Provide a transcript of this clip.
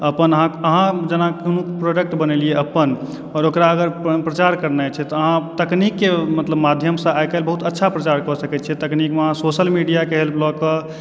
अपन अहाँ जेना कोनो प्रोडक्ट बनेलिए अपन आओर ओकरा अगर प्रचार करने छै तऽ अहाँ तकनीककऽ मतलब माध्यमसँ आइ काल्हि बहुत अच्छा प्रचार कए सकैत छियै तकनीकमऽ अहाँ सोशल मीडियाकऽ हेल्पलऽ कऽ